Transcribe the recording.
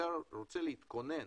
כשאתה רוצה להתכונן